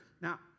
Now